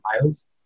miles